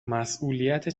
مسئولیت